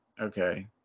okay